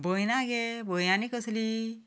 भंय ना गे भंय आनी कसलो